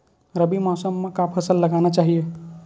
रबी मौसम म का फसल लगाना चहिए?